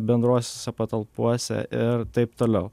bendrosiose patalpose ir taip toliau